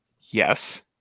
Yes